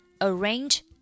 arrange